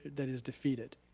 that is, defeat it.